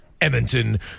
Edmonton